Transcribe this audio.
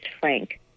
Frank